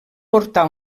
portar